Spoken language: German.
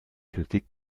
kritik